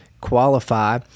qualify